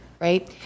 Right